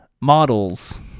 models